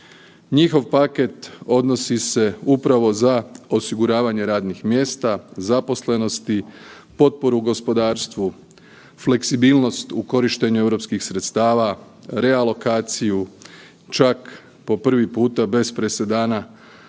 Njihov paket odnosi se upravo za osiguravanje radnih mjesta, zaposlenosti, potporu gospodarstvu, fleksibilnost u korištenju europskih sredstava, realokaciju, čak po prvi puta bez presedana